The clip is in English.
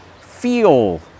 feel